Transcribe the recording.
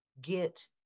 Get